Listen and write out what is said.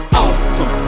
awesome